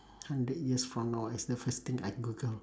hundred years from now what's the first thing I google